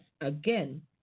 Again